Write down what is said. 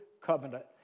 covenant